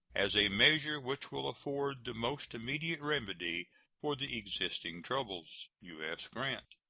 as a measure which will afford the most immediate remedy for the existing troubles. u s. grant.